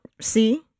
see